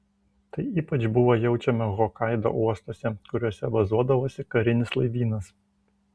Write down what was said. tai ypač buvo jaučiama hokaido uostuose kuriuose bazuodavosi karinis laivynas